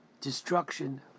destruction